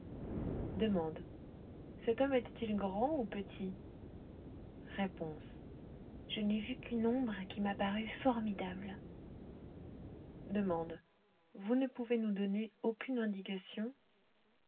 cet homme était-il grand ou petit r je n'ai vu qu'une ombre qui m'a paru formidable d vous ne pouvez nous donner aucune indication